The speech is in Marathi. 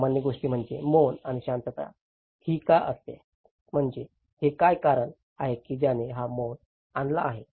सामान्य गोष्ट म्हणजे मौन आणि शांतता ही का असते म्हणजे हे काय कारण आहे की ज्याने हा मौन आणला आहे